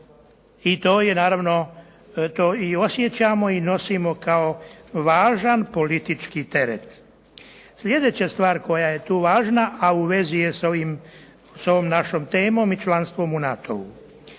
i to naravno i osjećamo i nosimo kao važan politički teret. Sljedeća stvar koja je tu važna, a u vezi je sa ovom našom temom i članstvom u NATO-u.